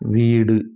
வீடு